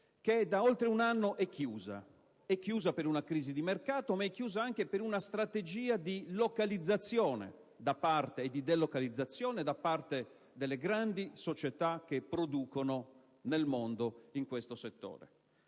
da oltre un anno è chiuso. È chiuso per una crisi di mercato, ma anche per una strategia di delocalizzazione da parte delle grandi società che producono nel mondo in questo settore.